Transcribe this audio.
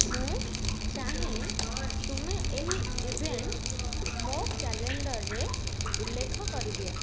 ମୁଁ ଚାହେଁ ତୁମେ ଏହି ଇଭେଣ୍ଟ ମୋ' କ୍ୟାଲେଣ୍ଡରରେ ଉଲ୍ଲେଖ କରିଦିଅ